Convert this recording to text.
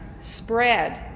spread